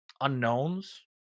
unknowns